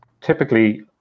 typically